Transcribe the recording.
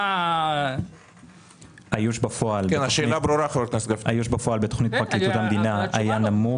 (היו"ר ולדימיר בליאק) האיוש בפועל בתכנית פרקליטות המדינה היה נמוך.